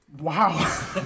Wow